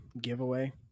giveaway